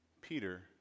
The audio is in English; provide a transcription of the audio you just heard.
Peter